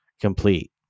complete